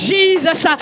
Jesus